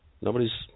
Nobody's